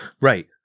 Right